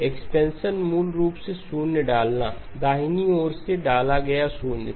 expansion मूल रूप से शून्य डाला दाहिनी ओर से डाला गया शून्य है